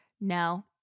No